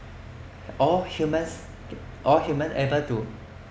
all humans all human able to